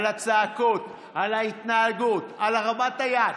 על הצעקות, על ההתנהגות, על הרמת היד.